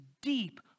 deep